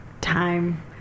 time